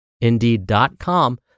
Indeed.com